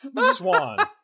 Swan